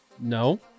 No